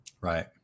Right